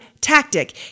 tactic